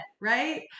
right